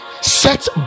set